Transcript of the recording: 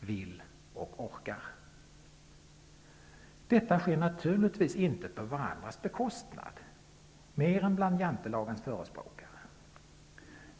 vill och orkar. Detta sker naturligtvis inte på varandras bekostnad, mer än bland Jantelagens förespråkare.